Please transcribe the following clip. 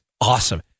awesome